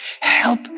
Help